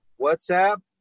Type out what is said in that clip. WhatsApp